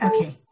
Okay